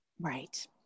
Right